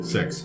Six